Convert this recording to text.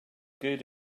good